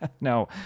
No